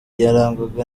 yarangwaga